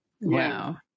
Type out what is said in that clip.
Wow